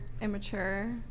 immature